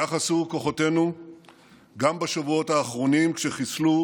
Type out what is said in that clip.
כך עשו כוחותינו גם בשבועות האחרונים כשחיסלו